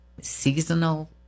seasonal